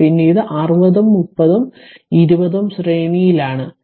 പിന്നീട് 60 30 ഉം 20 ഉം ശ്രേണിയിലാണുള്ളത്